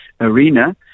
arena